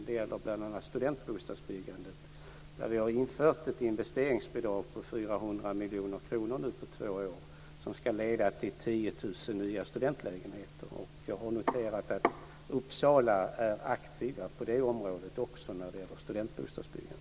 Detta gäller bl.a. för studentbostadsbyggandet, för vilket vi har lagt fast ett investeringsbidrag om 400 miljoner kronor på två år, vilket ska leda till 10 000 nya studentlägenheter. Jag har noterat att Uppsala är aktivt också när det gäller studentbostadsbyggandet.